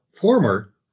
former